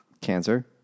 Cancer